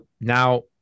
now